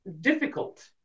difficult